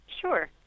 Sure